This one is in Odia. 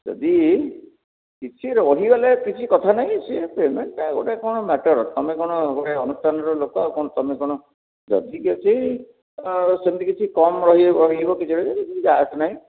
ଯଦି କିଛି ରହିଗଲେ କିଛି କଥା ନାହିଁ ସିଏ ପେମେଣ୍ଟଟା ଗୋଟେ କ'ଣ ମ୍ୟାଟର ତମେ କ'ଣ ଗୋଟେ ଅନୁଷ୍ଠାନର ଲୋକ ଆଉ କ'ଣ ତମେ କ'ଣ ଯଦି କିଛି ସେମିତି କିଛି କମ୍ ରହିଯିବ କିଛି ଯାଏ ଆସ ନାହିଁ